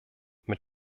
mit